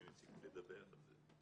שהם הפסיקו לדווח על זה.